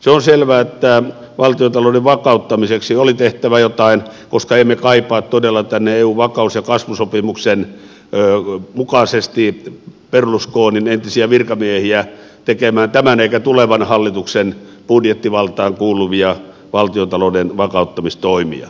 se on selvää että valtiontalouden vakauttamiseksi oli tehtävä jotain koska emme todella kaipaa tänne eun vakaus ja kasvusopimuksen mukaisesti berlusconin entisiä virkamiehiä tekemään tämän emmekä tulevan hallituksen budjettivaltaan kuuluvia valtiontalouden vakauttamistoimia